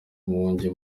uwundi